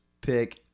pick